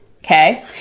Okay